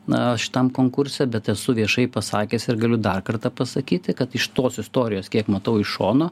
na šitam konkurse bet esu viešai pasakęs ir galiu dar kartą pasakyti kad iš tos istorijos kiek matau iš šono